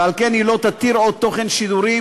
ועל כן היא לא תתיר עוד תוכן שידורים